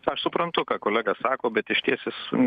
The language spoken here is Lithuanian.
aš suprantu ką kolega sako bet išties jis